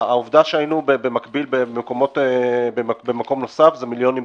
העובדה שהיינו במקביל במקום נוסף זה מיליונים בודדים,